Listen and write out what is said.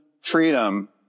freedom